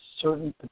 certain